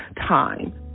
time